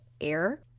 air